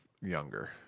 younger